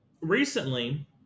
recently